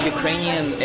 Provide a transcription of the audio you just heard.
Ukrainian